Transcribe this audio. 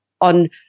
On